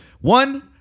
One